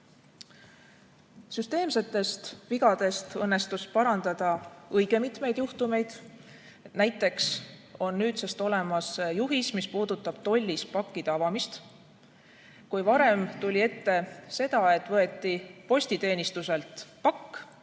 Süsteemsetest vigadest õnnestus parandada õige mitmeid. Näiteks on nüüdsest olemas juhis, mis puudutab tollis pakkide avamist. Varem tuli ette, et võeti postiteenistuselt pakk,